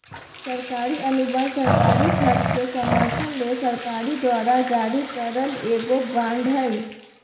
सरकारी अनुबंध सरकारी खर्च के समर्थन ले सरकार द्वारा जारी करल एगो बांड हय